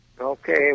Okay